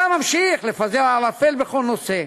אתה ממשיך לפזר ערפל בכל נושא.